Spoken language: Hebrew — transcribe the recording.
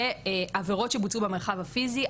ועבירות שבוצעו במרחב הפיזי.